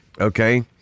okay